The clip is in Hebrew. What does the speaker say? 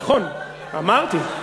נכון, אמרתי.